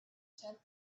tenth